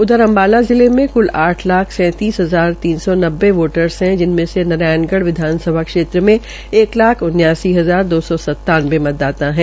उधर अम्बाला जिले में क्ल आठ लाख सैंतीस हजार तीन सौ नब्बे वोटर है जिनमें से नारायणगढ़ विधानसभा क्षेत्र में एक लाख उन्यासी हजार दो सौ सतानबे मतदाता है